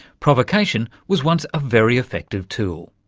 provocation was once a very effective tool,